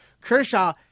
Kershaw